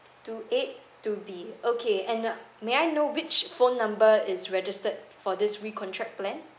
two eight two B okay and may I know which phone number is registered for this re-contract plan